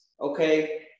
okay